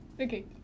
okay